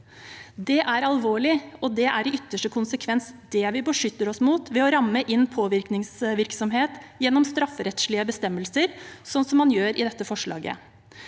Det er alvorlig, og det er i ytterste konsekvens det vi beskytter oss mot ved å ramme inn påvirkningsvirksomhet gjennom strafferettslige bestemmelser, som man gjør i dette forslaget.